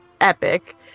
epic